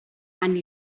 and